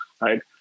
right